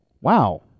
Wow